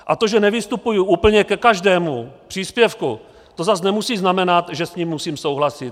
A to, že nevystupuji úplně ke každému příspěvku, to zas nemusí znamenat, že s ním musím souhlasit.